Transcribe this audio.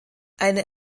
eine